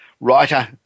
Writer